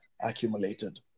accumulated